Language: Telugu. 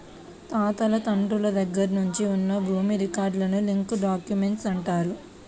తాతలు తండ్రుల దగ్గర నుంచి ఉన్న భూమి రికార్డులను లింక్ డాక్యుమెంట్లు అంటారు